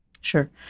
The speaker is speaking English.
Sure